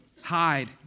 hide